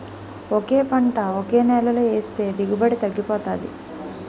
ఒకే పంట ఒకే నేలలో ఏస్తే దిగుబడి తగ్గిపోతాది